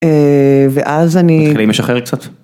ואז אני, משחרר קצת.